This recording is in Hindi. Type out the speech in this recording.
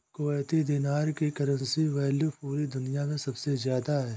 कुवैती दीनार की करेंसी वैल्यू पूरी दुनिया मे सबसे ज्यादा है